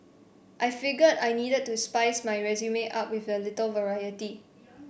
I figured I needed to spice my resuming up with a little variety